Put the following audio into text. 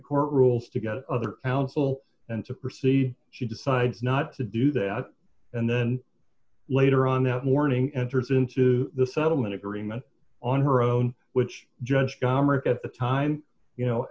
court rules to get other counsel and to proceed she decides not to do that and then later on that morning enters into the settlement agreement on her own which judge commerce at the time you know